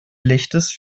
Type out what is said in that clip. lichtes